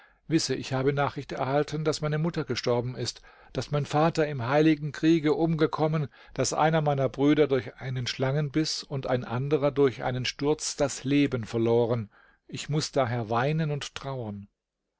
wisse ich habe nachricht erhalten daß meine mutter gestorben ist daß mein vater im heiligen kriege umgekommen daß einer meiner brüder durch einen schlangenbiß und ein anderer durch einen sturz das leben verloren ich muß daher weinen und trauern